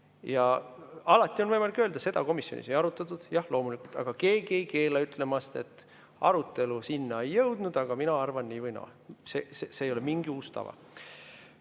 Ja alati on võimalik öelda: seda komisjonis ei arutatud. Jah, loomulikult. Aga keegi ei keela ütlemast, et arutelu sinna ei jõudnud, aga mina arvan nii või naa. See ei ole mingi uus